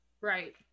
Right